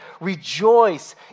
rejoice